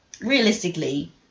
Realistically